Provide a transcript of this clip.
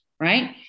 Right